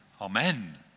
Amen